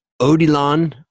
Odilon